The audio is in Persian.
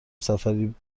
سفری